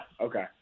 Okay